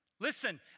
Listen